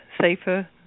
safer